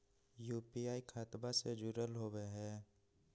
UPI खतबा से जुरल होवे हय?